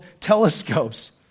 telescopes